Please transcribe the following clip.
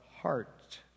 heart